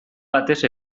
batez